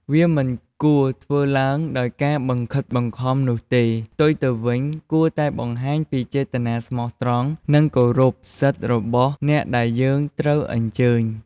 វាមិនគួរធ្វើឡើងដោយការបង្ខិតបង្ខំនោះទេ ផ្ទុយទៅវិញគួរតែបង្ហាញពីចេតនាស្មោះត្រង់ និងគោរពសិទ្ធិរបស់អ្នកដែលយើងត្រូវអញ្ជើញ។